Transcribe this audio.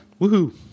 Woohoo